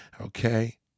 okay